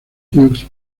hughes